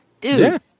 dude